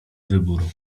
wybór